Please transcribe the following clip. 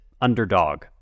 underdog